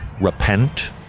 repent